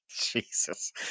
Jesus